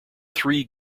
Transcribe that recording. three